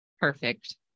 Perfect